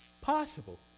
Possible